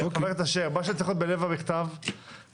חבר הכנסת אשר, מה שצריך להיות בלב המכתב כתוב.